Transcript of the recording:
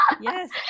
Yes